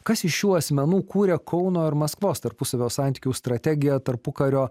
kas iš šių asmenų kūrė kauno ir maskvos tarpusavio santykių strategiją tarpukario